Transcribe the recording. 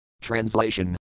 Translation